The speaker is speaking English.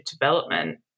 development